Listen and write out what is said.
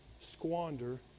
squander